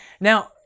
Now